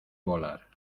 volar